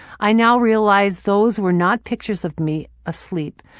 i now realize those were not pictures of me asleep.